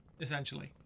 essentially